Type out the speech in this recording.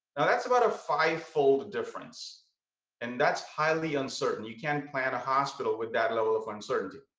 that's about a fivefold difference and that's highly uncertain. you can't plan a hospital with that level of uncertainty.